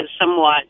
somewhat